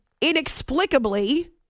inexplicably